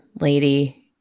lady